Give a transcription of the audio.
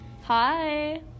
Hi